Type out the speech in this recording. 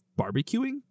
barbecuing